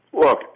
Look